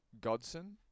Godson